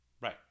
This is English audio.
right